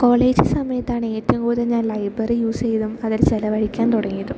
college സമയത്താണ് ഏറ്റവും കൂതൽ ഞാൻ ലൈബറി യൂസ് ചെയ്തും അതിൽ ചിലവഴിക്കാൻ തുടങ്ങിയതും